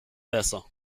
besser